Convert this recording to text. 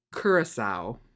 curacao